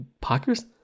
Packers